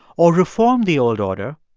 or, reform the old order,